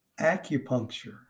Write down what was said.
acupuncture